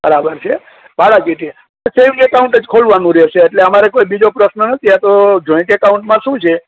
બરાબર છે ભાડા ચીઠ્ઠી સેમ અકાઉંટ જ ખોલવાનું રહેશે એટલે કોઈ અમારે બીજો કોઈ પ્રશ્ન નથી આ તો જોઇન્ટ અકાઉંટમાં શુ છે